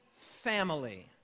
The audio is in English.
family